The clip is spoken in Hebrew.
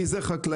כי זה חקלאי.